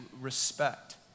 respect